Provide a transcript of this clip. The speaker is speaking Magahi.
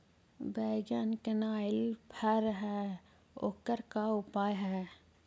बैगन कनाइल फर है ओकर का उपाय है?